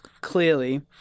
clearly